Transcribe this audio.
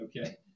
okay